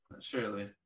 surely